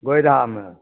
गोरिहामे